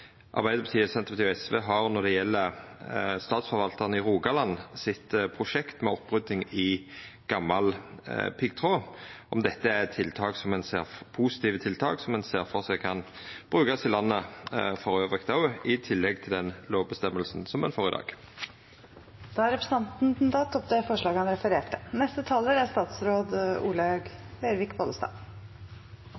Arbeidarpartiet, Senterpartiet og SV har når det gjeld Statsforvaltaren i Rogaland sitt prosjekt med opprydding i gamal piggtråd, om dette er positive tiltak som ein ser for seg kan brukast i landet elles òg, i tillegg til den lovføresegna ein får i dag. Da har representanten Geir Pollestad tatt opp forslaget han refererte til.